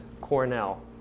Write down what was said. Cornell